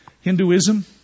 Hinduism